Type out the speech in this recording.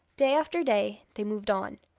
day after day they moved on,